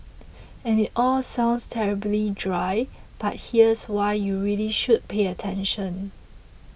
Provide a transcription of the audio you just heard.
it all sounds terribly dry but here's why you really should pay attention